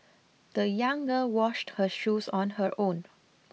the young girl washed her shoes on her own